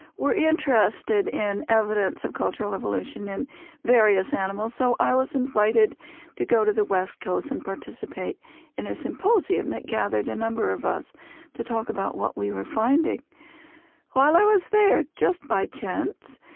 were interested in evidence of cultural evolution in various animals, so i was invited to go to the west coast and participate in a symposium that gathered a number of us to talk about what we were finding while i was there, just by chance,